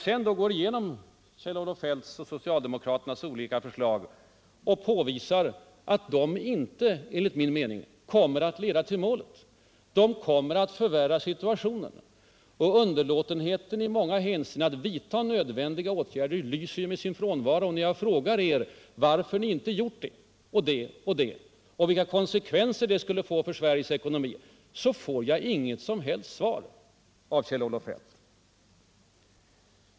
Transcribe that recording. Sedan går jag igenom Kjeil-Olof Feldts och övriga socialdemokraters olika förslag och visar på att de enligt min mening inte leder till målet. De kommer bara att förvärra situationen. Och underlåtenheten i många hänseenden att redovisa klara och nödvändiga motåtgärder har ju varit påfallande. Men när jag då frågar varför ni inte har gjort det och det, och vilka konsekvenser det skulle få för Sveriges ekonomi, så får jag inga som helst svar av Kjell-Olof Feldt.